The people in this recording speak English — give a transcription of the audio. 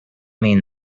mean